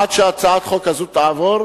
עד שהצעת החוק הזו תעבור,